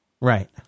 Right